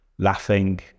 laughing